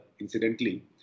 incidentally